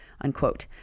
unquote